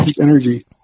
energy